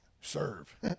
serve